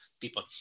people